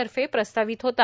तर्फे प्रस्तावित होता